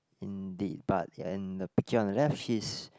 indeed but and the picture on the left she's